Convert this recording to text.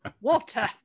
Water